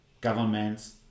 governments